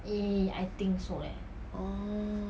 orh